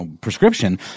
prescription